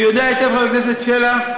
ויודע היטב חבר הכנסת שלח,